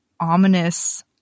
ominous